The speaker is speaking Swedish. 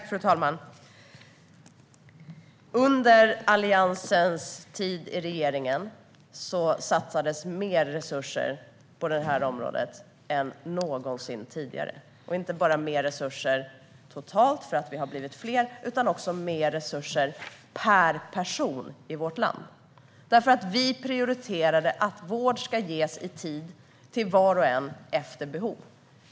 Fru talman! Under Alliansens regeringstid satsades mer resurser på det här området än någonsin tidigare och inte bara mer resurser totalt för att vi har blivit fler utan också mer resurser per person i vårt land. Vi prioriterade nämligen att vård ska ges i tid till var och en efter behov.